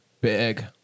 Big